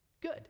Good